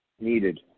needed